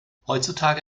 heutzutage